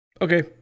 Okay